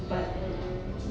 mm mm mm